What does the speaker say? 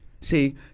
See